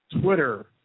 Twitter